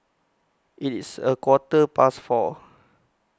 its A Quarter Past four